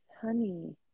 honey